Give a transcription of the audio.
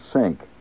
sink